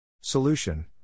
Solution